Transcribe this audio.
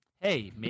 Hey